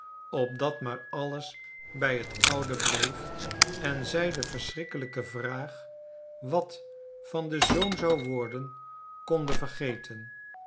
opdat maar alles bij het oude bleef en zij de verschrikkelijke vraag wat van den zoon zou worden konde vergeten